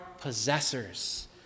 possessors